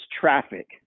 traffic